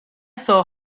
saw